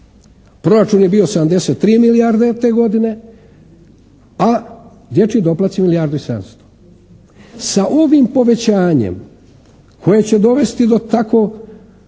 Proračun je bio 73 milijarde te godine, a dječji doplaci milijardu i 700. Sa ovim povećanjem koje će dovesti do tako,